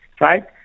right